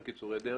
אין קיצורי דרך,